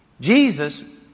Jesus